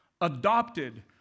adopted